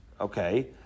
okay